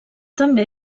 també